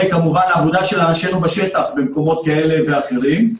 וכמובן על ידי עבודה של אנשינו בשטח במקומות כאלה ואחרים.